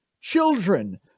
Children